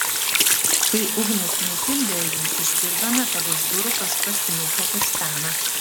kai ugnius nutildė jį išgirdome kad už durų kažkas niūkia ir stena